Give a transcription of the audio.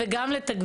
וגם לתגבר.